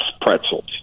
pretzels